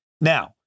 Now